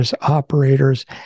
operators